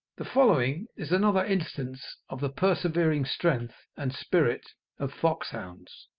the following is another instance of the persevering strength and spirit of foxhounds